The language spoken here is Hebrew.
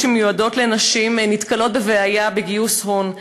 שמיועדים לנשים נתקלות בבעיה בגיוס הון.